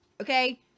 okay